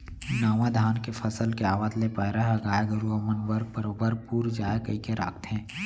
नावा धान के फसल के आवत ले पैरा ह गाय गरूवा मन बर बरोबर पुर जाय कइके राखथें